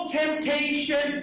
temptation